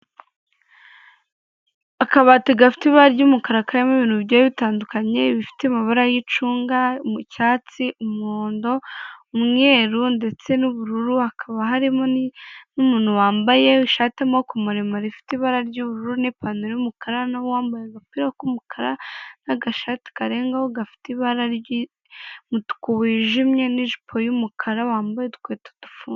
Akabati gafite ibara ry'umukara karimo ibintu byari bitandukanye bifite amabara y'icunga, mu cyatsi, umuhondo, umweru ndetse n'ubururu. Hakaba harimo n'umuntu wambaye ishati maremare rifite ibara ry'ubururu n'ipantaro y'umukara, n'uwambaye agapira k'umukara n'agashati karengaho gafite ibara ry'umutuku wijimye, n'ijipo y'umukara wambaye udukweto dufunze.